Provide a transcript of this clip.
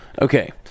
Okay